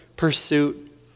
pursuit